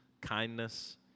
kindness